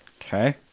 Okay